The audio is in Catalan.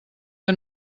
que